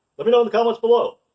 let me know in the comments below.